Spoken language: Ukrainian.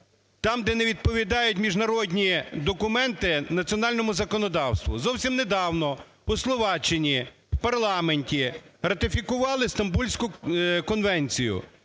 там, де не відповідають міжнародні документи національному законодавству. Зовсім недавно у Словаччині в парламенті ратифікували Стамбульську конвенцію.